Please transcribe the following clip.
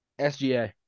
SGA